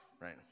right